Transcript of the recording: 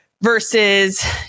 versus